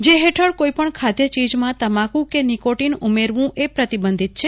જે હેઠળ કોઇપજ્ઞ ખાઘચીજમાં તમાકુ કે નીકોટીન ઉમેરવું એ પ્રતિબંધ છે